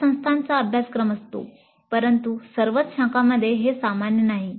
बर्याच संस्थांचा अभ्यासक्रम असतो परंतु सर्वच शाखांमध्ये हे सामान्य नाही